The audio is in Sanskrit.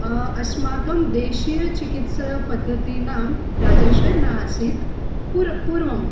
अस्माकं देशीयचिकित्सापद्धतीनां राजाश्रयः न आसीत् पूर् पूर्वम्